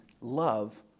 love